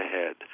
ahead